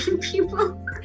people